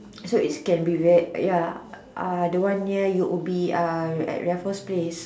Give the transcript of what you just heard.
so it can be ver ya uh the one near U_O_B at uh Raffles place